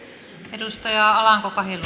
arvoisa